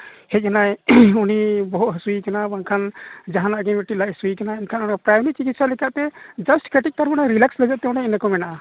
ᱦᱮᱡ ᱮᱱᱟᱭ ᱩᱱᱤ ᱵᱚᱦᱚᱜ ᱦᱟᱹᱥᱩᱭᱮ ᱠᱟᱱᱟ ᱵᱟᱝᱠᱷᱟᱱ ᱡᱟᱦᱟᱱᱟᱜ ᱜᱮ ᱢᱤᱫᱴᱟᱱ ᱞᱟᱡ ᱦᱟᱹᱥᱩᱭᱮ ᱠᱟᱱᱟ ᱮᱱᱠᱷᱟᱱ ᱯᱨᱟᱭᱢᱟᱨᱤ ᱪᱤᱠᱤᱛᱥᱟ ᱞᱮᱠᱟᱛᱮ ᱡᱟᱥᱴ ᱠᱟᱹᱴᱤᱡ ᱛᱟᱨᱢᱟᱱᱮ ᱨᱤᱞᱟᱠᱥ ᱞᱟᱹᱜᱤᱫ ᱛᱮ ᱤᱱᱟᱹ ᱠᱚ ᱢᱮᱱᱟᱜᱼᱟ